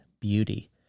beauty